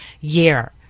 year